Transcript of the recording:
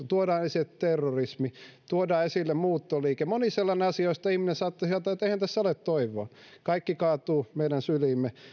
tuodaan esille ilmastoahdistus terrorismi muuttoliike moni sellainen asia joista ihminen saattaisi ajatella että eihän tässä ole toivoa ja kaikki kaatuu meidän syliimme